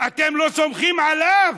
אתם לא סומכים עליו?